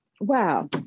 wow